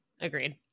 agreed